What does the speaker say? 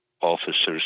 officers